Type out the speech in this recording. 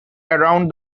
around